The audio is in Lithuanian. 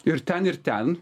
ir ten ir ten